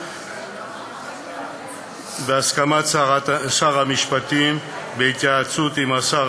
בהסכמת שר המשפטים ובהתייעצות עם השר